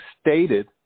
stated